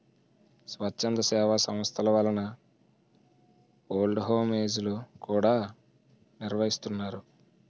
స్వచ్ఛంద సేవా సంస్థల వలన ఓల్డ్ హోమ్ ఏజ్ లు కూడా నిర్వహిస్తున్నారు